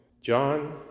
john